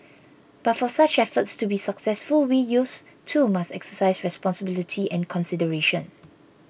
but for such efforts to be successful we youths too must exercise responsibility and consideration